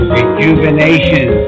Rejuvenation